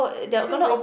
I'm still wait